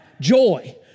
Joy